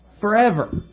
forever